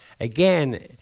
again